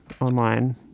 online